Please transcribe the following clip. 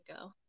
go